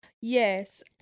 Yes